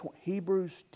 Hebrews